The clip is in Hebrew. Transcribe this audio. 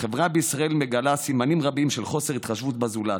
החברה בישראל מגלה סימנים רבים של חוסר התחשבות בזולת.